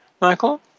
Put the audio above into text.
Michael